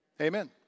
Amen